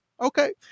Okay